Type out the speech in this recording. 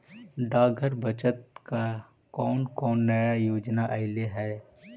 डाकघर बचत का कौन कौन नया योजना अइले हई